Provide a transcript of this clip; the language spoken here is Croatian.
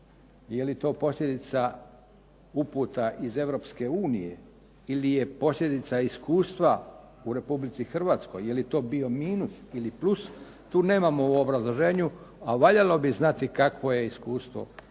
Je li to posljedica uputa iz Europske unije ili je posljedica iskustva u Republici Hrvatskoj? Je li to bio minus ili plus tu nemamo u obrazloženju, a valjalo bi znati kakvo je iskustvo sa